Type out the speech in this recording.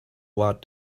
what